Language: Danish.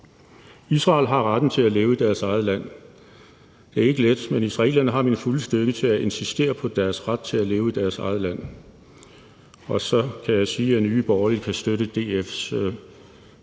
Israel har retten til at leve i deres eget land. Det er ikke let, men israelerne har min fulde støtte til at insistere på deres ret til at leve i deres eget land, og så kan jeg sige, at Nye Borgerlige kan støtte DF's